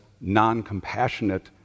non-compassionate